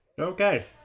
Okay